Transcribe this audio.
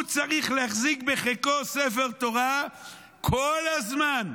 הוא צריך להחזיק בחיקו ספר תורה כל הזמן,